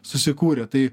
susikūrė tai